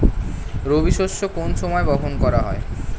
রবি শস্য কোন সময় বপন করা হয়?